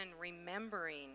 remembering